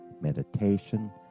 meditation